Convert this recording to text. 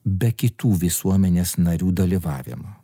be kitų visuomenės narių dalyvavimo